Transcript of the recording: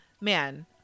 man